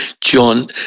John